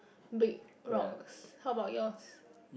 big rock how about yours